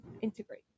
integrate